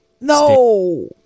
No